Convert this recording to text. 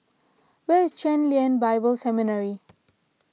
where is Chen Lien Bible Seminary